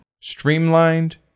Streamlined